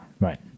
right